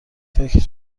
فکر